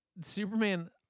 superman